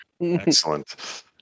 Excellent